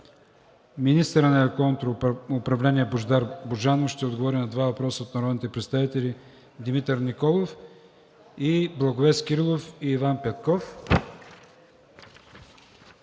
министърът на електронното управление Божидар Божанов ще отговори на два въпроса от народните представители Димитър Николов; Благовест Кирилов и Иван Петков;